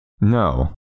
No